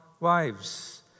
wives